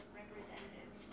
representative